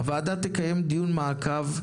הוועדה תקיים דיון מעקב,